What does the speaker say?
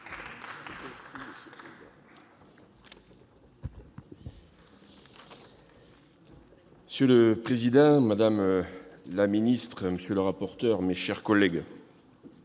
Monsieur le président, madame la ministre, monsieur le rapporteur, mes chers collègues